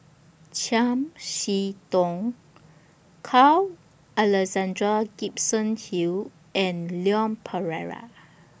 Chiam She Tong Carl Alexander Gibson Hill and Leon Perera